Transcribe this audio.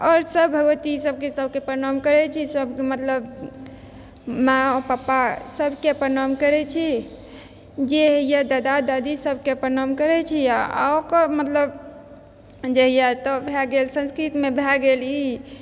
आओर सब भगवती सबके प्रणाम करै छी मतलब माँ पप्पा सबके प्रणाम करै छी जे होइए दादा दादी सबके प्रणाम करै छी आओर ओकर मतलब जे अइ तऽ भए गेल संस्कृतमे भए गेल ई